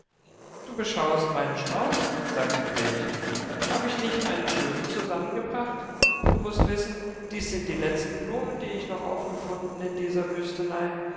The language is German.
du beschaust meinen strauß sagte vrenchen hab ich nicht einen schönen zusammengebracht du mußt wissen dies sind die letzten blumen die ich noch aufgefunden in dieser wüstenei